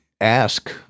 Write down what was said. ask